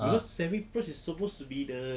cause semi-pro is supposed to be the